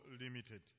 limited